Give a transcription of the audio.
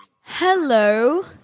Hello